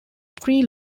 three